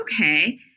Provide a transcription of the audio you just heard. okay